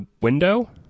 window